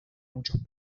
muchos